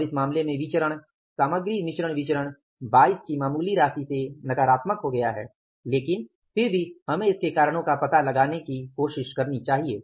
और इस मामले में विचरण सामग्री मिश्रण विचरण 22 की मामूली राशि से नकारात्मक हो गया है लेकिन फिर भी हमें इसके कारणों का पता लगाने की कोशिश करनी चाहिए